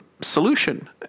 solution